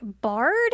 Bard